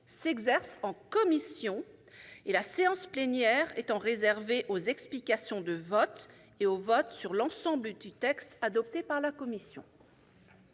s'exerce en commission, la séance plénière étant réservée aux explications de vote et au vote sur l'ensemble du texte adopté par la commission.